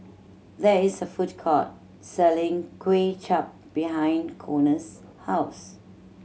there is a food court selling Kway Chap behind Konner's house